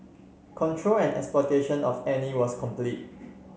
control and exploitation of Annie was complete